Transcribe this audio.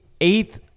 eighth